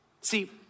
See